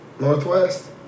Northwest